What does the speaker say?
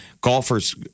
golfers